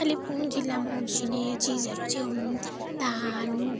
कालिम्पोङ जिल्लामा उब्जिने चिजहरू चाहिँ हुन् धान